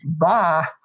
Bye